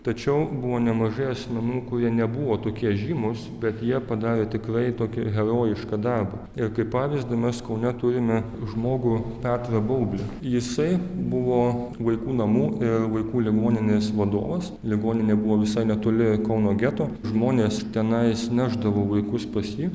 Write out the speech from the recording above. tačiau buvo nemažai asmenų kurie nebuvo tokie žymūs bet jie padarė tikrai tokį herojišką darbą ir kaip pavyzdį mes kaune turime žmogų petrą baublį jisai buvo vaikų namų ir vaikų ligoninės vadovas ligoninė buvo visai netoli kauno geto žmonės tenais nešdavo vaikus pas jį